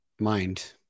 mind